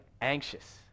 anxious